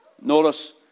Notice